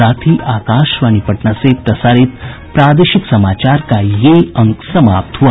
इसके साथ ही आकाशवाणी पटना से प्रसारित प्रादेशिक समाचार का ये अंक समाप्त हुआ